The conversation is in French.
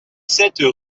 sept